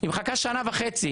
היא מחכה שנה וחצי